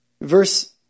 Verse